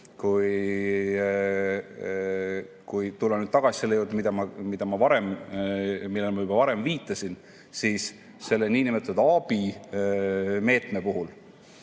Kui tulla tagasi selle juurde, millele ma varem viitasin, siis selle niinimetatud Aabi meetme puhul